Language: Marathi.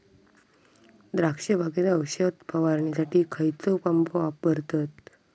द्राक्ष बागेत औषध फवारणीसाठी खैयचो पंप वापरतत?